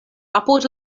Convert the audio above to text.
apud